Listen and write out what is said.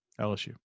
LSU